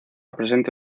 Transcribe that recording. presente